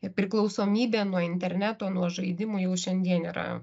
ir priklausomybė nuo interneto nuo žaidimų jau šiandien yra